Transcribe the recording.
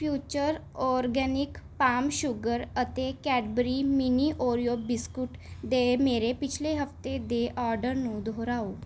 future organic palm sugar ਅਤੇ Cadbury mini Oreo biscuit ਦੇ ਮੇਰੇ ਪਿਛਲੇ ਹਫਤੇ ਦੇ ਔਡਰ ਨੂੰ ਦੁਹਰਾਓ